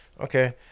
Okay